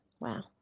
Wow